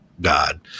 God